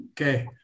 Okay